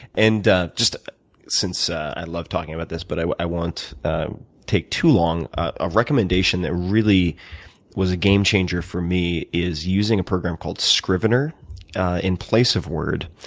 and just since i love talking about this, but i i won't take too long a recommendation that really was a game changer for me is using a program called scrivener in place of word.